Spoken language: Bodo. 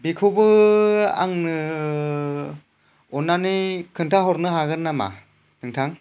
बेखौबो आंनो अननानै खोन्थाहरनो हागोन नामा नोंथां